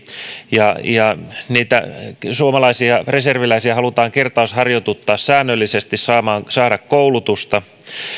ja ja suomalaisia reserviläisiä halutaan kertausharjoituttaa säännöllisesti antaa koulutusta